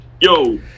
Yo